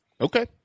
Okay